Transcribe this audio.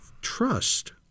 trust